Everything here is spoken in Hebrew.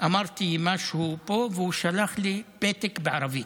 אמרתי משהו פה, והוא שלח לי פתק בערבית.